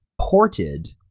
ported